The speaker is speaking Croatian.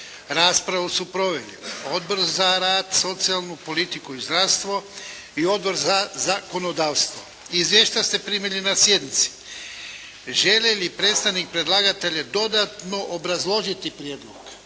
Raspravu su proveli Odbor za rad, socijalnu politiku i zdravstvo i Odbor za zakonodavstvo. Izvješća ste primili na sjednici. Želi li predstavnik predlagatelja dodatno obrazložiti prijedlog?